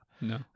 No